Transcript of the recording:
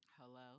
Hello